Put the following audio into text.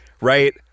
right